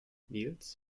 nils